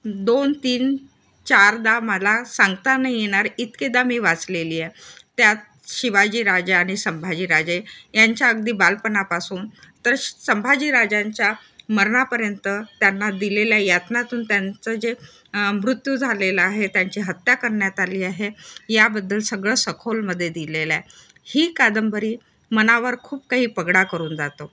दोन तीन चारदा मला सांगता नाही येणार इतकेदा मी वाचलेली आहे त्यात शिवाजी राजा आणि संभाजी राजा यांच्या अगदी बालपणापासून तर श संभाजी राजांच्या मरणापर्यंत त्यांना दिलेल्या यातनातून त्यांचं जे मृत्यू झालेलं आहे त्यांची हत्या करण्यात आली आहे याबद्दल सगळं सखोलमध्ये दिलेलं आहे ही कादंबरी मनावर खूप काही पगडा करून जातो